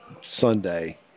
Sunday